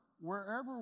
wherever